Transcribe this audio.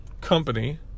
company